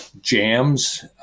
Jams